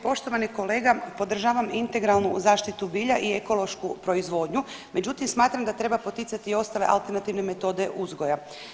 Poštovani kolega podržavam integralnu zaštitu bilja i ekološku proizvodnju, međutim smatram da treba poticati i ostale alternativne metode uzgoja.